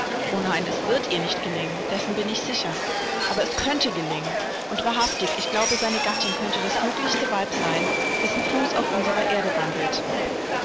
o nein es wird ihr nicht gelingen dessen bin ich sicher aber es könnte gelingen und wahrhaftig ich glaube seine gattin könnte das glücklichste weib sein dessen fuß auf unserer erde wandelt